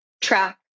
track